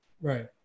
Right